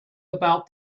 about